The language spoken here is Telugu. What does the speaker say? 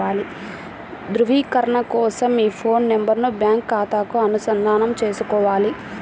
ధ్రువీకరణ కోసం మీ ఫోన్ నెంబరును బ్యాంకు ఖాతాకు అనుసంధానం చేసుకోవాలి